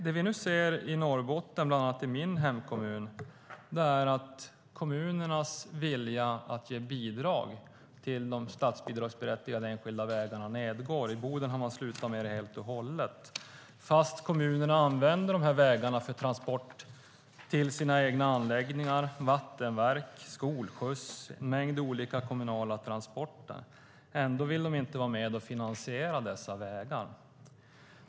Det vi ser i Norrbotten, bland annat i min hemkommun, är att kommunernas vilja att ge bidrag till de statsbidragsberättigade enskilda vägarna går ned. I Boden har man slutat med det helt och hållet, fast kommunen använder de här vägarna för transporter till sina egna anläggningar och vattenverk, för skolskjuts och en mängd kommunala transporter. Ändå vill de inte vara med och finansiera dessa vägar.